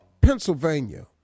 Pennsylvania